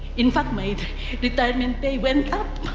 in fact, my retirement pay went up.